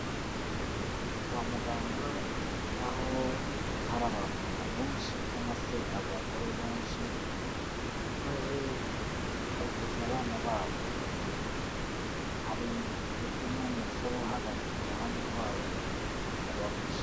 Kwa muganga aho hari abamama benshi cyangwa se abagore benshi, baje kuvuza abana babo, hari ndetse n'umusore uhagaze ku ruhande rwabo uri kubafasha.